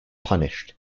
punished